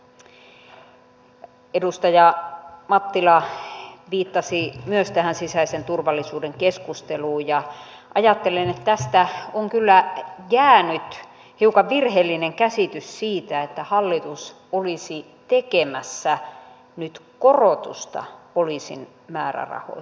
myös edustaja mattila viittasi tähän sisäisen turvallisuuden keskusteluun ja ajattelen että tästä on kyllä jäänyt hiukan virheellinen käsitys että hallitus olisi tekemässä nyt korotusta poliisin määrärahoihin